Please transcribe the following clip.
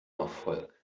erfolg